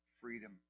Freedom